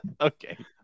Okay